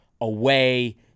away